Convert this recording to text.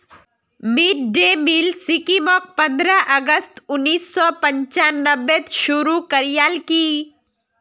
mid day meal स्कीमक पंद्रह अगस्त उन्नीस सौ पंचानबेत शुरू करयाल की